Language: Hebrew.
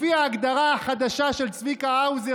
לפי ההגדרה החדשה של צביקה האוזר,